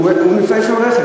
הוא מוצא שם רכב,